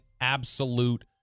absolute